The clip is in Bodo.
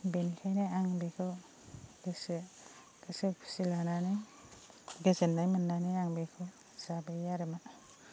बेनिखायनो आं बेखौ गोसो खुसि लानानै गोजोननाय मोननानै आं बेखौ जाबोयो आरोमा